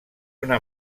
una